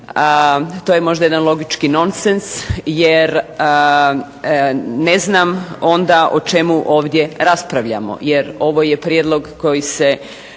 To je možda jedan logički nonsens jer ne znam onda o čemu ovdje raspravljamo jer ovo je prijedlog koji se